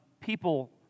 People